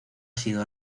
sido